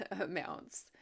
amounts